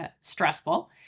stressful